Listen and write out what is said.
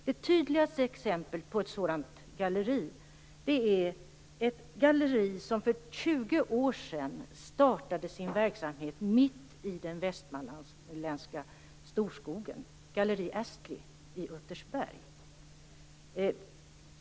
Det tydligaste exemplet på ett sådant galleri är ett galleri som för 20 år sedan startade sin verksamhet mitt i den västmanländska storskogen, nämligen Galleri Astley i Uttersberg.